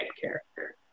character